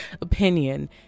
opinion